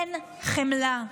אין חמלה.